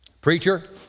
Preacher